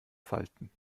falten